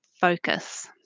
focus